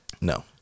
No